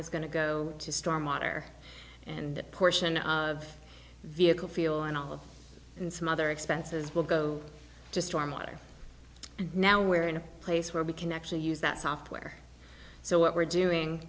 is going to go to storm water and that portion of vehicle fuel and oil and some other expenses will go to storm water and now we're in a place where we can actually use that software so what we're doing